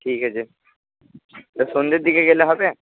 ঠিক আছে তা সন্ধ্যের দিকে গেলে হবে